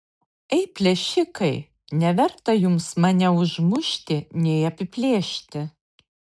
ei plėšikai neverta jums mane užmušti nei apiplėšti